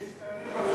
תקנים.